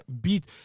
beat